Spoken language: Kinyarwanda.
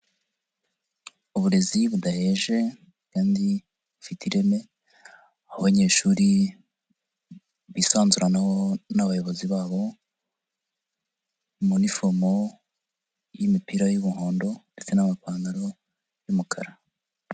Uburezi budaheje kandi bufite ireme abanyeshuri bisanzuranaho n'abayobozi babo, mu nifomo y'imipira y'umuhondo ndetse n'amapantaro y'umukara.